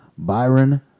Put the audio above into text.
Byron